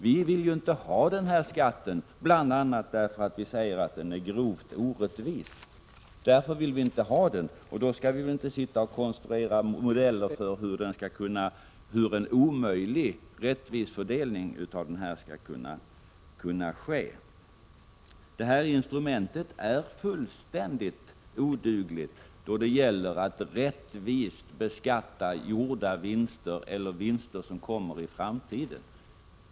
Vi vill inte ha skatten, bl.a. därför att den är grovt orättvis. Och då skall vi väl inte konstruera modeller för hur en omöjlig rättvis fördelning av skatten skall kunna ske. Det aktuella instrumentet är fullkomligt odugligt då det gäller att rättvist beskatta gjorda vinster eller vinster som kommer i framtiden.